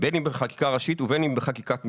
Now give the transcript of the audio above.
בין אם בחקיקה ראשית ובין אם בחקיקת משנה.